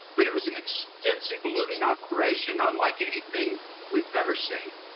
but it was an extensive looting operation unlike anything we've ever seen.